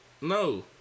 no